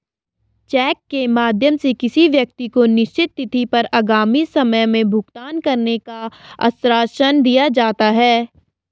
check के माध्यम से किसी व्यक्ति को निश्चित तिथि पर आगामी समय में भुगतान करने का आश्वासन दिया जा सकता है